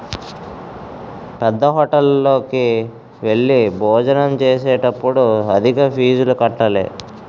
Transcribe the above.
పేద్దహోటల్లోకి వెళ్లి భోజనం చేసేటప్పుడు అధిక ఫీజులు కట్టాలి